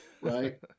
right